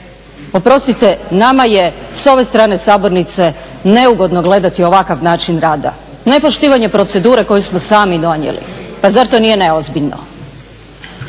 Oprostite, nama je s ove strane sabornice neugodno gledati ovakav način rada, nepoštivanje procedure koju samo sami donijeli. Pa zar to nije neozbiljno?